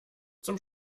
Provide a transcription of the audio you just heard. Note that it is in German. zum